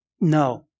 No